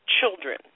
Children